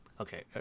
Okay